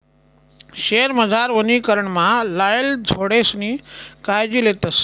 शयेरमझार वनीकरणमा लायेल झाडेसनी कायजी लेतस